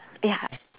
ya